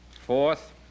Fourth